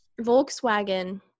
Volkswagen